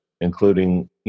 including